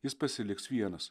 jis pasiliks vienas